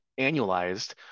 annualized